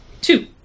Two